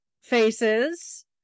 faces